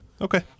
Okay